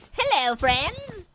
hello friends.